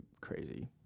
crazy